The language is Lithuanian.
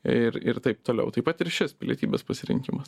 ir ir taip toliau taip pat ir šis pilietybės pasirinkimas